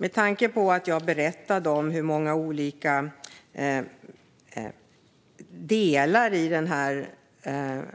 Med tanke på att jag berättade om hur många olika delar i